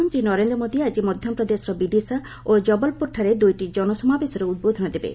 ପ୍ରଧାନମନ୍ତ୍ରୀ ନରେନ୍ଦ୍ର ମୋଦି ଆଜି ମଧ୍ୟପ୍ରଦେଶର ବିଦିଶା ଓ ଜବଲପୁରଠାରେ ଦୁଇଟି ଜନସମାବେଶରେ ଉଦ୍ବୋଧନ ଦେବେ